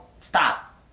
stop